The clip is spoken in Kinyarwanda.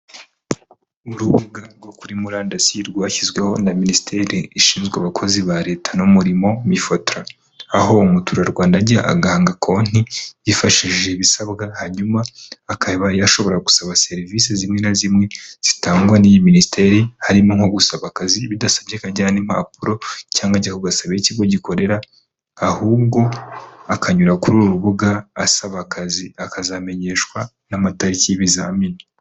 Urubuga rwo kuri murandasi rwashyizweho na minisiteri ishinzwe abakozi ba leta n'umurimo mifotara, aho umuturarwanda ajya agahanga konti yifashi ibisabwa hanyuma akaba yashobora gusaba serivisi zimwe na zimwe zitangwa n'iyi minisiteri, harimo nko gusaba akazi bidasabye kajyana impapuro cyangwa ajya kugasaba aho ikigo gikorera ahubwo akanyura kuri uru rubuga asaba akazi akazamenyeshwa n'amatariki y'ibizamini.